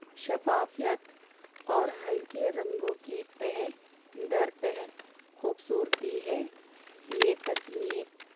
شفافیت اور ہلکے رنگوں کی تہ در تہ خوبصورتی ہے یہ تکنیک